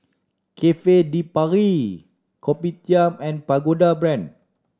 Cafe De Paris Kopitiam and Pagoda Brand